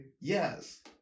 Yes